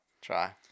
Try